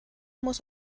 muss